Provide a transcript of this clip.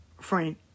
friend